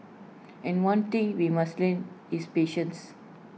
and one thing we must learn is patience